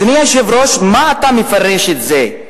אדוני היושב-ראש, איך אתה מפרש את זה?